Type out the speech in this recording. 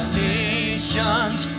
nations